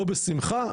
לא בשמחה,